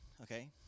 okay